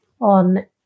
on